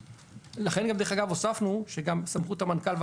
לכן גם דרך אגב הוספנו גם סמכות השר והמנכ"ל,